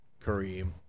Kareem